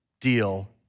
deal